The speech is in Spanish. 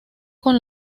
con